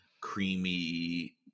creamy